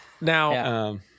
now